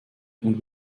und